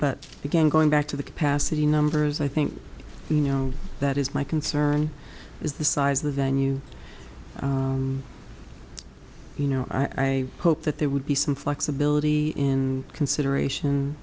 but again going back to the capacity numbers i think you know that is my concern is the size the venue you know i hope that there would be some flexibility in consideration